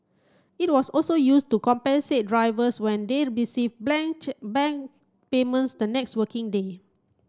it was also used to compensate drivers when they received bank payments the next working day